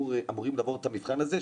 שאמורים לעבור את המבחן הזה,